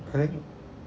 current